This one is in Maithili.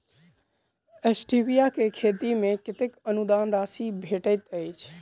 स्टीबिया केँ खेती मे कतेक अनुदान राशि भेटैत अछि?